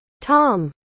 Tom